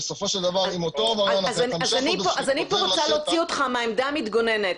לסופו של דבר --- אז אני פה רוצה להוציא אותך מהעמדה המתגוננת,